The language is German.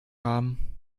haben